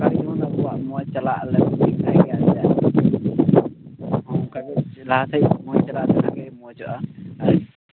ᱢᱚᱡᱽ ᱪᱟᱞᱟᱜ ᱟᱞᱮ ᱟᱨ ᱦᱚᱸ ᱚᱱᱠᱟ ᱜᱮ ᱞᱟᱦᱟ ᱥᱮᱫ ᱢᱚᱡᱽ ᱪᱟᱞᱟᱜ ᱨᱮᱱᱟᱜ ᱜᱮ ᱢᱚᱡᱚᱜᱼᱟ